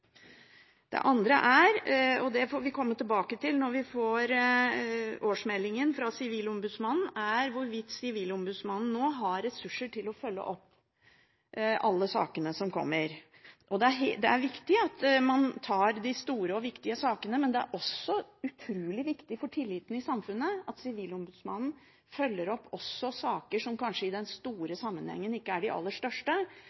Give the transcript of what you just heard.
Det andre er, og det får vi komme tilbake til når vi får årsmeldingen fra Sivilombudsmannen, hvorvidt Sivilombudsmannen har ressurser til å følge opp alle sakene som kommer. Det er viktig at man tar de store og viktige sakene, men det er også utrolig viktig for tilliten i samfunnet at Sivilombudsmannen følger opp saker som kanskje i den